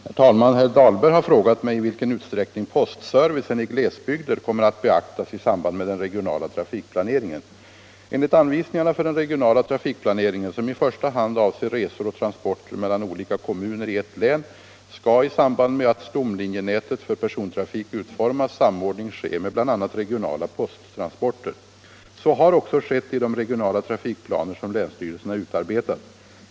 Herr talman! Herr Dahlberg har frågat mig i vilken utsträckning postservicen i glesbygder kommer att beaktas i samband med den regionala trafikplaneringen. Enligt anvisningarna för den regionala trafikplaneringen, som i första hand avser resor och transporter mellan olika kommuner i ett län, skall i samband med att stomlinjenätet för persontrafik utformas samordning ske med bl.a. regionala posttransporter. Så har också varit fallet i de regionala trafikplaner som länsstyrelserna utarbetat.